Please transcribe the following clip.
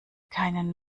keinen